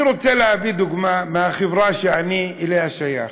אני רוצה להביא דוגמה מהחברה שאליה אני שייך,